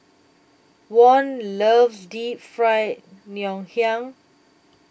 Von loves Deep Fried Ngoh Hiang